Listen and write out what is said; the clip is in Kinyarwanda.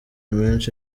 menshi